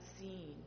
seen